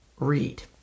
read